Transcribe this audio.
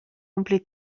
omplir